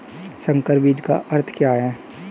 संकर बीज का अर्थ क्या है?